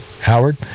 Howard